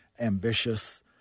ambitious